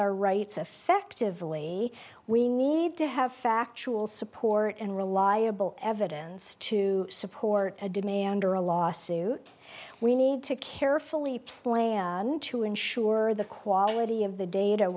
effectively we need to have factual support and reliable evidence to support a demand or a lawsuit we need to carefully plan to ensure the quality of the data